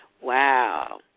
Wow